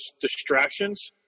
distractions